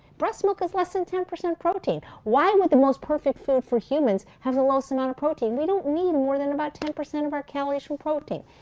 breast milk is less than ten percent protein. why would the most perfect food for humans have the lowest amount of protein? we don't need more than about ten percent of our calories from protein.